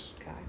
Okay